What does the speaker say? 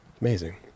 Amazing